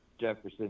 Jefferson